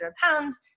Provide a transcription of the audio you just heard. pounds